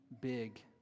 big